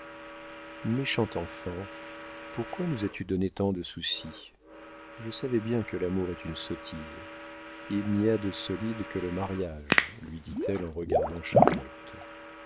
méchant enfant pourquoi nous as-tu donné tant de souci je savais bien que l'amour est une sottise il n'y a de solide que le mariage lui dit-elle en regardant charlotte